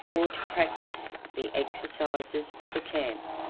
or to practise the exercises of the camp?